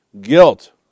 Guilt